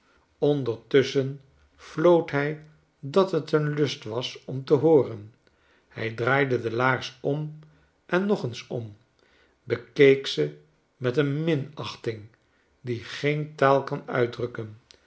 ondertusschen floot hij dat het een lust was om te hooren hij draaide de laars om en nog eens omjbekeek ze met een minachting die geen taal kan uitdrukken